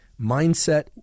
Mindset